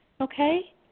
Okay